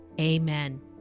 amen